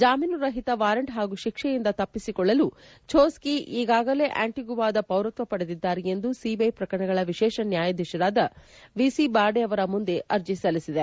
ಜಾಮೀನು ರಹಿತ ವಾರೆಂಟ್ ಪಾಗೂ ಶಿಕ್ಷೆಯಿಂದ ತಪ್ಪಿಸಿಕೊಳ್ಳಲು ಭೋಶ್ಕಿ ಈಗಾಗಲೇ ಆಂಟಿಗುವಾದ ಪೌರತ್ವ ಪಡೆದಿದ್ದಾರೆ ಎಂದು ಸಿಬಿಐ ಪ್ರಕರಣಗಳ ವಿಶೇಷ ನ್ಯಾಯಾಧೀಶರಾದ ವಿ ಸಿ ಬಾರ್ಡೆ ಅವರ ಮುಂದೆ ಅರ್ಜಿ ಸಲ್ಲಿಸಿದೆ